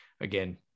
again